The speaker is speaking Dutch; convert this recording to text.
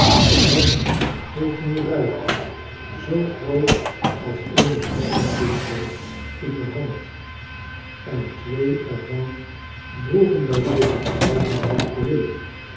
elk heeft een ruiker zoo groot als eene kleine bloemkool in de hand en twee er van droegen bij deze gelegenheid brillen